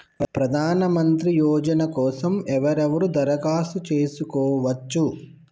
ప్రధానమంత్రి యోజన కోసం ఎవరెవరు దరఖాస్తు చేసుకోవచ్చు?